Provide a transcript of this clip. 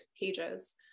pages